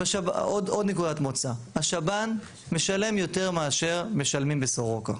עוד נקודת מוצא - השב"ן משלם יותר מאשר משלמים בסורוקה.